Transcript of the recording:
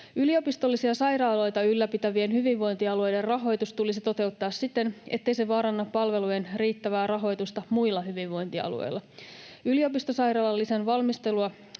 Yliopistollisia sairaaloita ylläpitävien hyvinvointialueiden rahoitus tulisi toteuttaa siten, ettei se vaaranna palvelujen riittävää rahoitusta muilla hyvinvointialueilla. Yliopistosairaalalisän valmistelua